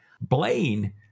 Blaine